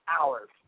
hours